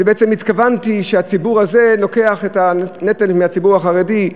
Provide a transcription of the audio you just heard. ובעצם התכוונתי שהציבור הזה לוקח את הנטל מן הציבור החרדי.